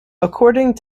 according